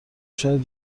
شاید